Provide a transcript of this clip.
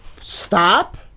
stop